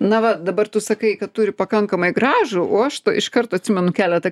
na va dabar tu sakai kad turi pakankamai gražų o aš iš karto atsimenu keletą